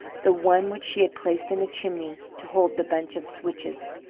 the one which she had placed in the chimney to hold the bunch of switches.